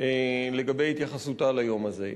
לגבי התייחסותה ליום הזה.